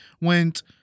went